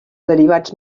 derivats